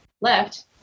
left